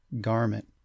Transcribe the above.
garment